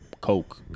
coke